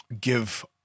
give